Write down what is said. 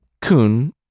Kun